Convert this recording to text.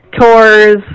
tours